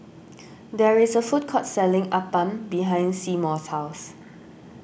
there is a food court selling Appam behind Seymour's house